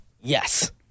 Yes